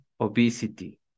obesity